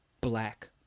black